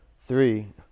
three